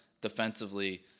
defensively